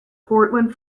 portland